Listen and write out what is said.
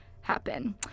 happen